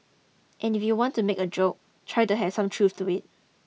and if you do want to make a joke try to have some truth to it